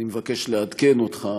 אני מבקש לעדכן אותך: